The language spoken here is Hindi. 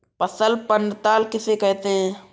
फसल पड़ताल किसे कहते हैं?